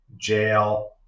jail